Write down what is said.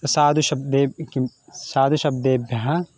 साधु शब्दे किं साधु शब्देभ्यः